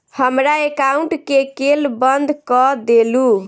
हमरा एकाउंट केँ केल बंद कऽ देलु?